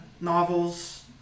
novels